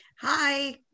Hi